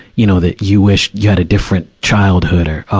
you know, that you wish you had a different childhood or,